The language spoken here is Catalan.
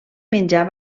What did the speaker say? menjar